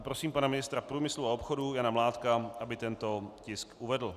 Prosím pana ministra průmyslu a obchodu Jana Mládka, aby tento tisk uvedl.